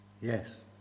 Yes